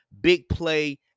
big-play